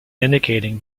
indicating